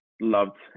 loved